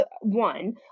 one